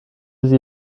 sie